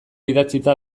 idatzita